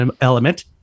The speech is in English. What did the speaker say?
element